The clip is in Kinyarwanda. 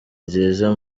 ziza